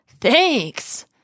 thanks